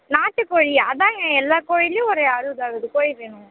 நாட்டுக் கோழியாக அதுதாங்க எல்லா கோழிலேயும் ஒரு அறுபது அறுபது கோழி வேணும்